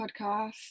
podcast